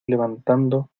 levantando